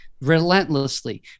relentlessly